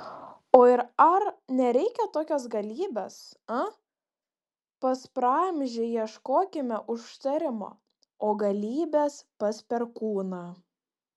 o ir ar reikia tokios galybės a pas praamžį ieškokime užtarimo o galybės pas perkūną